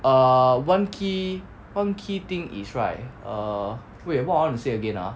err one key one key thing is right err wait what I want to say again ah